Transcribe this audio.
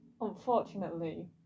Unfortunately